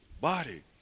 body